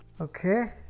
Okay